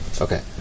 Okay